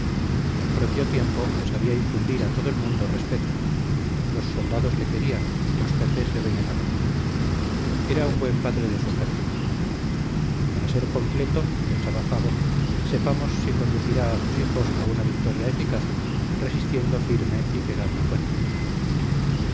y al propio tiempo sabía infundir a todo el mundo respeto los soldados le querían los jefes le veneraban era un buen padre de su ejército para ser completo pensaba fago sepamos si conducirá a sus hijos a una victoria eficaz resistiendo firme y pegando fuerte